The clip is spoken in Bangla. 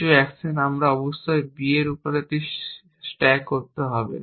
কিছু অ্যাকশন আমার অবশ্যই b এর উপর একটি স্ট্যাক থাকতে হবে